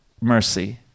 mercy